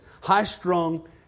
high-strung